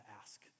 ask